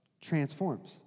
transforms